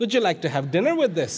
would you like to have dinner with th